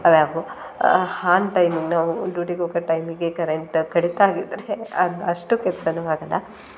ಹಾನ್ ಟೈಮಿಗೆ ನಾವು ಡ್ಯೂಟಿಗೆ ಹೋಗೋ ಟೈಮಿಗೆ ಕರೆಂಟ್ ಕಡಿತ ಆಗಿದ್ದರೆ ಅದು ಅಷ್ಟು ಕೆಲ್ಸವೂ ಆಗೋಲ್ಲ